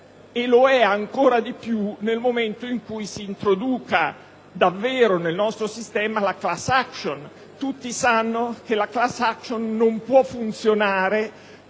lo è ancora di più nel momento in cui si introduce davvero nel nostro sistema la *class action*. Tutti sanno che quest'ultima non può funzionare